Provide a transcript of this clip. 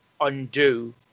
undo